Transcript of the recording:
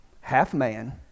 half-man